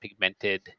pigmented